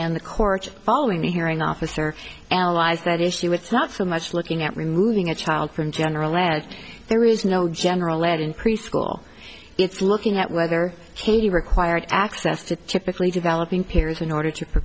and the courts following the hearing officer analyze that issue it's not so much looking at removing a child from general as there is no general lead in preschool it's looking at whether katie required access to typically developing peers in order to